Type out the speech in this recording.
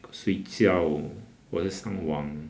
睡觉我在上网